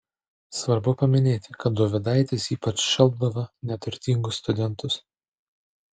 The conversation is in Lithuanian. svarbu paminėti kad dovydaitis ypač šelpdavo neturtingus studentus